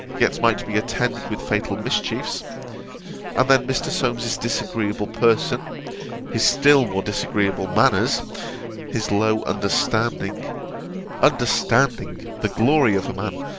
yet might be attended with fatal mischiefs and then mr. solmes's disagreeable person his still more disagreeable manners his low understanding understanding! the glory of a man,